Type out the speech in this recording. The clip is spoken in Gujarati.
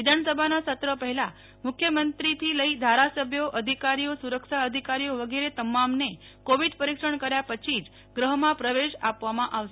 વિધાનસભાના સત્ર પહેલામુખ્યમંત્રીથી લઈ ધારાસભ્યો અધિકારીઓ સુ રક્ષા અધિકારીઓ વગેરે તમામને કોવિડ પરીક્ષણ કર્યા પછી જ ગૃહમાં પ્રવેશ આપવામાંઆવશે